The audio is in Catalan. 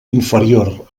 inferior